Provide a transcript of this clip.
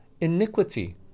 iniquity